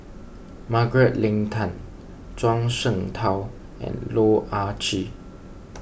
Margaret Leng Tan Zhuang Shengtao and Loh Ah Chee